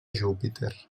júpiter